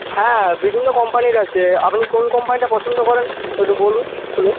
হ্যাঁ বিভিন্ন কোম্পানির আছে আপনি কোন কোম্পানিরটা পছন্দ করেন একটু বলুন খুলে